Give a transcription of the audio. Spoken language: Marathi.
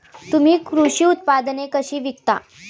तुम्ही कृषी उत्पादने कशी विकता?